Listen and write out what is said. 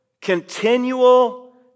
continual